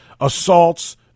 assaults